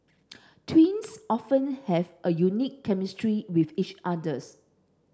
twins often have a unique chemistry with each others